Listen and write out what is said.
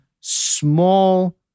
small